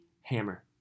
Hammer